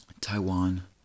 Taiwan